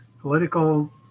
political